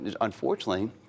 unfortunately